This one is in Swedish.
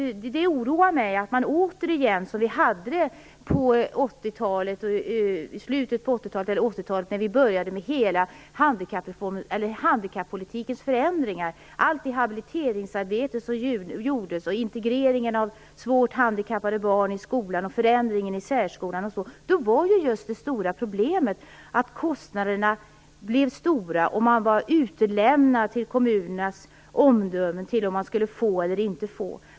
Detta oroar mig. När vi började med hela handikappolitikens förändring på 80-talet, med allt det habiliteringsarbete som gjordes, med integreringen av svårt handikappade barn i skolan och med förändringen i särskolan, var ju just det stora problemet att kostnaderna blev stora och att man var utlämnad till kommunernas omdöme för att man skulle få detta eller inte.